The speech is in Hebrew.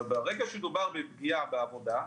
אבל ברגע שמדובר בפגיעה בעבודה,